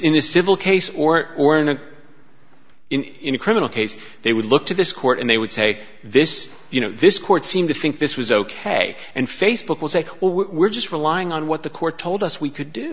in a civil case or or in a in a criminal case they would look to this court and they would say this you know this court seemed to think this was ok and facebook will say well we're just relying on what the court told us we could do